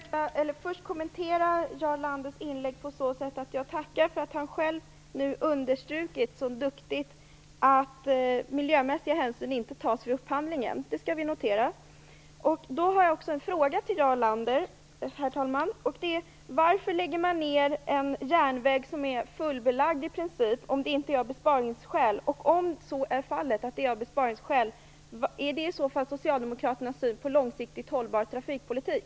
Herr talman! Jag vill först kommentera Jarl Landers anförande genom att tacka för att han själv nu så duktigt understrukit att miljömässiga hänsyn inte tas vid upphandlingen. Det skall vi notera. Jag har också en fråga till Jarl Lander: Varför lägger man ner en järnväg som i princip är fullbelagd, om det inte är av besparingsskäl? Om det är av besparingsskäl, är det i så fall socialdemokraternas syn på långsiktigt hållbar trafikpolitik?